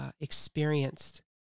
experienced